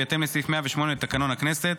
בהתאם לסעיף 108 לתקנון הכנסת.